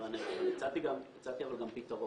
אבל הצעתי גם פתרון.